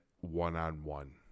one-on-one